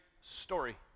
story